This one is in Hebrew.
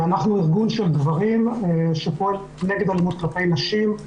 אנחנו ארגון של גברים שפועל נגד אלימות כלפי נשים,